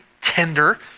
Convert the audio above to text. tender